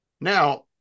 Now